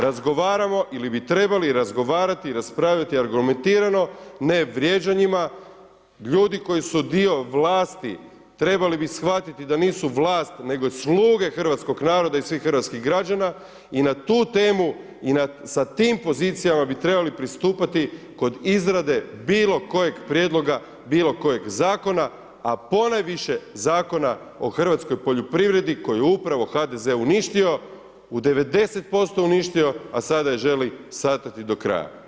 Razgovaramo ili bi trebali razgovarati i raspraviti argumentirano, ne vrijeđanjima, ljudi koji su dio vlasti, trebali bi shvatiti da nisu vlast nego sluge hrvatskog naroda i svih hrvatskih građana i na tu temu i sa tim pozicijama bi trebali pristupati kod izrade bilo kojeg prijedloga, bilo kojeg zakona, a ponajviše Zakona o hrvatskoj poljoprivredi koju je upravo HDZ uništio, u 90% uništio, a sada je želi satrati do kraja.